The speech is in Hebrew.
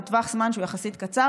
בטווח זמן שהוא יחסית קצר,